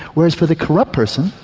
whereas for the corrupt person,